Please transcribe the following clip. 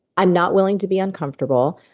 i'm not willing to be uncomfortable.